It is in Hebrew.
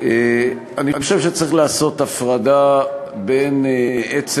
אני חושב שצריך לעשות הפרדה בין עצם